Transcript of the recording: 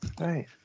right